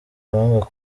abanga